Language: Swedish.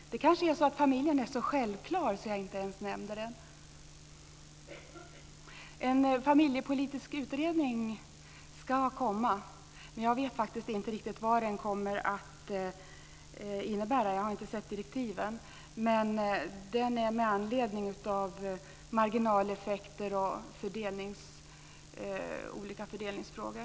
Det kanske är så att familjen är så självklar att jag inte ens nämnde den. En familjepolitisk utredning ska komma, men jag vet faktiskt inte riktigt vad den kommer att innebära. Jag har inte sett direktiven. Den görs med anledning av marginaleffekter och olika fördelningsfrågor.